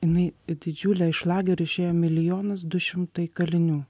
jinai didžiulė iš lagerių išėjo milijonas du šimtai kalinių